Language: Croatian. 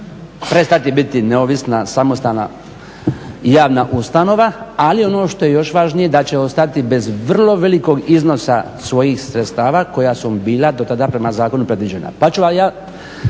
prestati biti neovisna, samostalna i javna ustanova ali ono što je još važnije da će ostati bez vrlo velikog iznosa svojih sredstava koja su bila do tada prema zakonu predviđena pa ću vam ja